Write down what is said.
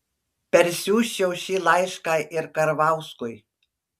persiųsčiau šį laišką ir karvauskui